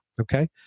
okay